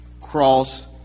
Cross